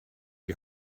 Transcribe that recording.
die